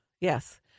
Yes